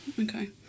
okay